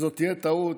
זאת תהיה טעות,